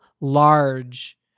large